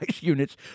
units